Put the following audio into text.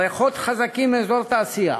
ריחות חזקים מאזור התעשייה.